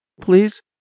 Please